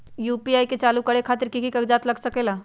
UPI के चालु करे खातीर कि की कागज़ात लग सकेला?